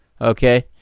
okay